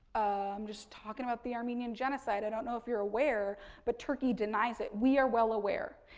i'm just talking about the armenian genocide. i don't know if you're aware but turkey denies it. we are well aware.